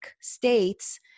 States